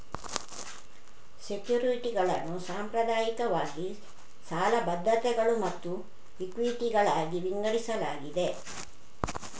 ಸೆಕ್ಯುರಿಟಿಗಳನ್ನು ಸಾಂಪ್ರದಾಯಿಕವಾಗಿ ಸಾಲ ಭದ್ರತೆಗಳು ಮತ್ತು ಇಕ್ವಿಟಿಗಳಾಗಿ ವಿಂಗಡಿಸಲಾಗಿದೆ